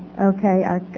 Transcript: okay